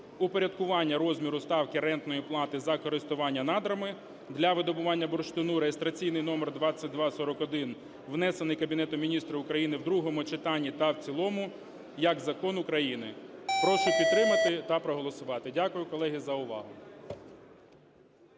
упорядкування розміру ставки рентної плати за користування надрами для видобування бурштину (реєстраційний номер 2241), внесений Кабінетом Міністрів України в другому читанні та в цілому як Закон України. Прошу підтримати та проголосувати. Дякую, колеги, за увагу.